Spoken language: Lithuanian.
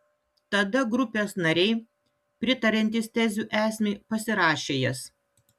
tada grupės nariai pritariantys tezių esmei pasirašė jas